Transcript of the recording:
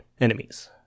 enemies